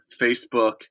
Facebook